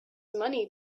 money